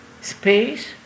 space